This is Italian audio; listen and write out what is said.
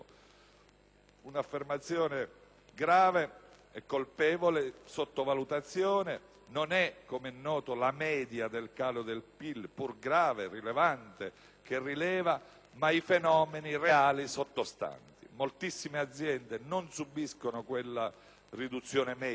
Un'affermazione grave e una colpevole sottovalutazione. Non è, com'è noto, la media del calo del PIL, pur grave, che rileva, ma i fenomeni reali sottostanti. Moltissime aziende non subiscono quella riduzione media,